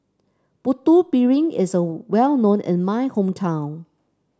Putu Piring is well known in my hometown